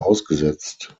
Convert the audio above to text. ausgesetzt